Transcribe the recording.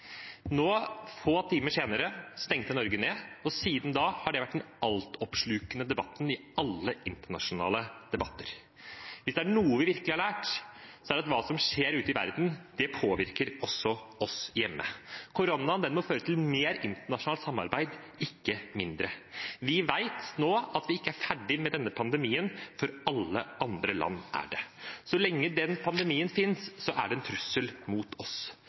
nå hadde innført karanteneregler mot Norge. Da kom Michael Tetzschner med harselerende kommentarer om hva korona hadde å gjøre med internasjonal debatt, og at helseministeren faktisk ikke var til stede. Få timer senere stengte Norge ned, og siden da har det vært den altoppslukende debatten i alle internasjonale debatter. Hvis det er noe vi virkelig har lært, er det at hva som skjer ute i verden, påvirker også oss hjemme. Koronaen må føre til mer internasjonalt samarbeid, ikke mindre. Vi vet nå at vi ikke er ferdige med denne pandemien før alle